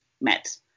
met